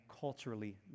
culturally